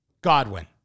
Godwin